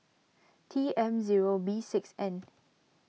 T M zero B six N